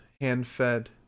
hand-fed